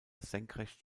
senkrecht